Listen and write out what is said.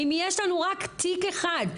אם יש לנו רק תיק אחד,